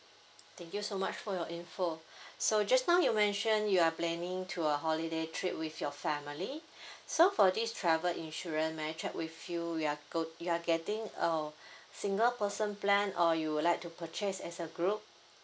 thank you so much for your info so just now you mentioned you are planning to a holiday trip with your family so for this travel insurance may I check with you're go~ you are getting a single person plan or you would like to purchase as a group